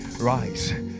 rise